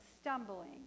stumbling